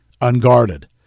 unguarded